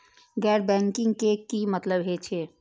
गैर बैंकिंग के की मतलब हे छे?